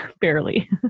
Barely